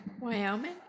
Wyoming